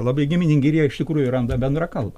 labai giminingi ir jie iš tikrųjų randa bendrą kalbą